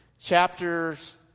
chapters